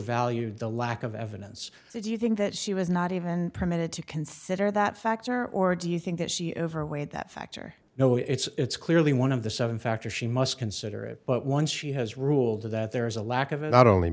overvalued the lack of evidence do you think that she was not even permitted to consider that factor or do you think that she overweight that factor no it's clearly one of the seven factor she must consider it but once she has ruled that there is a lack of it not only